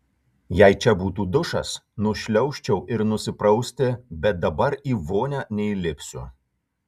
jei čia būtų dušas nušliaužčiau ir nusiprausti bet dabar į vonią neįlipsiu